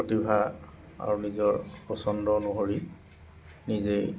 প্ৰতিভা আৰু নিজৰ পচন্দ অনুসৰি নিজেই